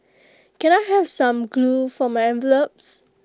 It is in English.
can I have some glue for my envelopes